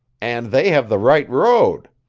and they have the right road.